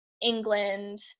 england